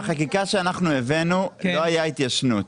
בחקיקה שאנחנו הבאנו לא הייתה התיישנות,